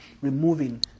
removing